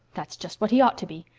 that's just what he ought to be.